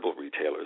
retailers